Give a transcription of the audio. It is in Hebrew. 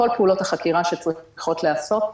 כל פעולות החקירה שצריכות להיעשות,